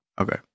Okay